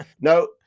no